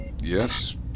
Yes